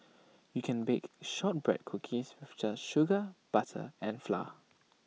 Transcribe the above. you can bake Shortbread Cookies just sugar butter and flour